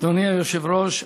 אדוני היושב-ראש,